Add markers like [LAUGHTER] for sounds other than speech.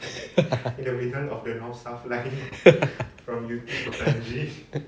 [LAUGHS] [LAUGHS]